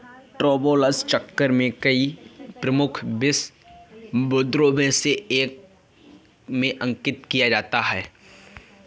travellers cheque को कई प्रमुख विश्व मुद्राओं में से एक में अंकित किया जा सकता है